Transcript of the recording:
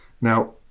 Now